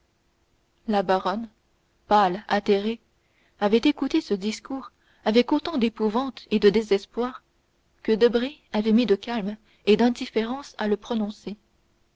la baronne pâle atterrée avait écouté ce discours avec autant d'épouvante et de désespoir que debray avait mis de calme et d'indifférence à le prononcer